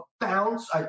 bounce